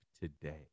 today